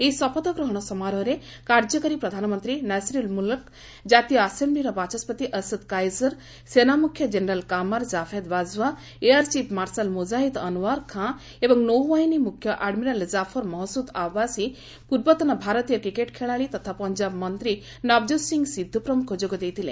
ଏହି ଶପଥ ଗ୍ରହଣ ସମାରୋହରେ କାର୍ଯ୍ୟକାରୀ ପ୍ରଧାନମନ୍ତ୍ରୀ ନାସିରଲ୍ ମୁଲ୍କ ଜାତୀୟ ଆସେମ୍ବିର ବାଚସ୍କତି ଅସଦ୍ କାଇଜର୍ ସେନାମୁଖ୍ୟ general Qamar Javed Bajwa air chief marshal Mujahid Anwar Khan ଏବଂ ନୌବାହିନୀ ମୁଖ୍ୟ ଆଡ୍ମିରାଲ୍ କାଫର୍ ମହସୁଦ୍ ଆବାସୀ ପୂର୍ବତନ ଭାରତୀୟ କ୍ରିକେଟ୍ ଖେଳାଳି ତଥା ପଞ୍ଜାବ ମନ୍ତ୍ରୀ ନବଜୋତ୍ ସିଂ ସିଦ୍ଧ୍ ପ୍ରମୁଖ ଯୋଗ ଦେଇଥିଲେ